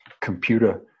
computer